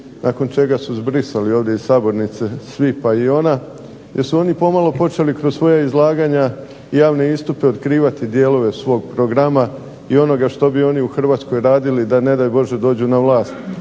nakon čega su zbrisali ovdje iz sabornice svi pa i ona jer su oni pomalo počeli kroz svoja izlaganja i javne istupe otkrivati dijelove svog programa i onoga što bi oni u Hrvatskoj radili da ne daj Bože dođu na vlast.